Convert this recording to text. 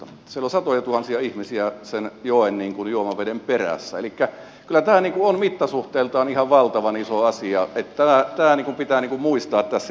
siellä on satojatuhansia ihmisiä sen joen juomaveden perässä elikkä kyllä tämä on mittasuhteiltaan ihan valtavan iso asia niin että tämä pitää muistaa tässä